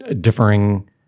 differing